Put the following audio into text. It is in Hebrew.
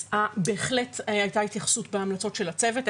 אז בהחלט הייתה התייחסות בהמלצות של הצוות.